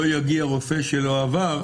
לא יגיע רופא שלא עבר,